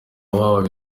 wabo